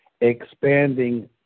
expanding